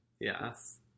Yes